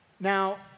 Now